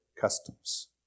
customs